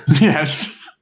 Yes